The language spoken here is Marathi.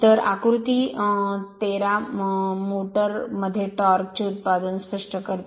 तर आकृती 13 मोटर मध्ये टॉर्क चे उत्पादन स्पष्ट करते